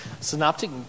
Synoptic